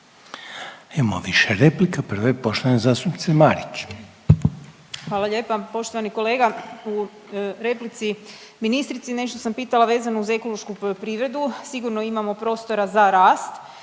Imamo više replika. Prva je poštovane zastupnice Marić. **Marić, Andreja (SDP)** Hvala lijepa. Poštovani kolega u replici ministrici nešto sam pitala vezano uz ekološku poljoprivredu. Sigurno imamo prostora za rast